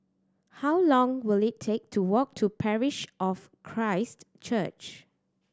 how long will it take to walk to Parish of Christ Church